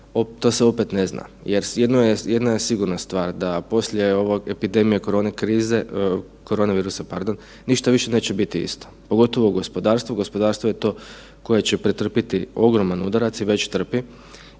to se opet ne zna jer jedno je, jedna je sigurna stvar da poslije ove epidemije koronakrize, korone virusa, pardon, ništa više neće biti isto, pogotovo gospodarstvo. Gospodarstvo je to koje će pretrpiti ogroman udarac i već trpi